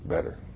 Better